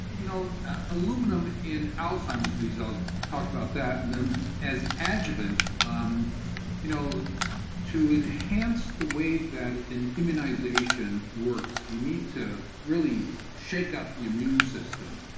you know ah aluminum in alzheimer's disease, i'll talk about that and then as adjuvant um you know to enhance the wave that an immunization works. you need to really shake up the immune system,